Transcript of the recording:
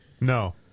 No